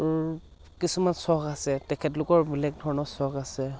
কিছুমান চখ আছে তেখেতলোকৰ বেলেগ ধৰণৰ চখ আছে